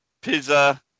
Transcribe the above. Pizza